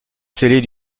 scellé